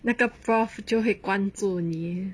那个 prof 就会关注你